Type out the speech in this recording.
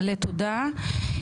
מלא תודה.